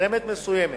לנתרמת מסוימת,